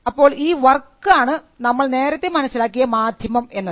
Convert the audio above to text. അപ്പോൾ ഈ വർക്ക് ആണ് നമ്മൾ നേരത്തെ മനസ്സിലാക്കിയ മാധ്യമം എന്നത്